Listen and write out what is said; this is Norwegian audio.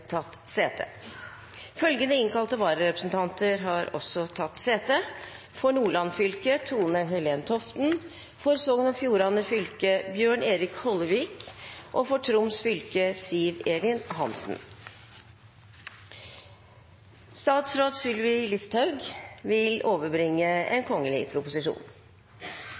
tatt sete. Følgende innkalte vararepresentanter har også tatt sete: For Nordland fylke: Tone-Helen Toften For Sogn og Fjordane fylke: Bjørn Erik Hollevik For Troms fylke: Siv Elin Hansen Representanten Christian Tynning Bjørnø vil